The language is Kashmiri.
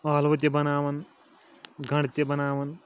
ٲلوٕ تہِ بناوان گنٛڈٕ تہِ بناوان